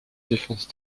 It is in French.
défense